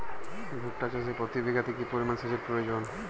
ভুট্টা চাষে প্রতি বিঘাতে কি পরিমান সেচের প্রয়োজন?